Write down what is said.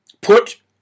put